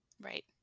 Right